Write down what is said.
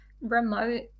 remote